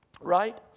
Right